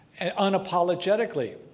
unapologetically